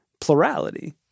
plurality